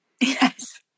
yes